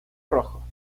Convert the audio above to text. rojo